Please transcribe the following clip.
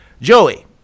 Joey